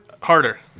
harder